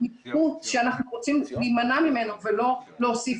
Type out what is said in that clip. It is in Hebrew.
לגבי נהלים שלא נקבעו בחוק,